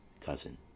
cousin